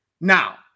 Now